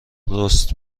رست